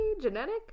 genetic